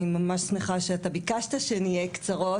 אני ממש שמחה שאתה ביקשת שנהיה קצרות,